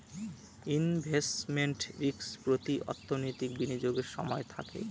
investment risk প্রতি অর্থনৈতিক বিনিয়োগের সময় থাকে